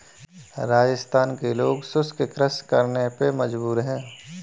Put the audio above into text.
राजस्थान के लोग शुष्क कृषि करने पे मजबूर हैं